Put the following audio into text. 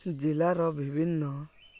ଜିଲ୍ଲାର ବିଭିନ୍ନ